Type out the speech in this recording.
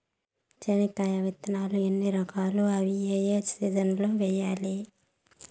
చెనక్కాయ విత్తనాలు ఎన్ని రకాలు? అవి ఏ ఏ సీజన్లలో వేయాలి?